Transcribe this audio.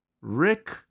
Rick